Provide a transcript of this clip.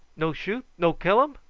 no shoot? no killum?